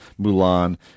Mulan